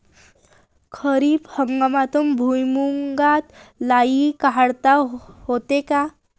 खरीप हंगामात भुईमूगात लई वाढ होते का?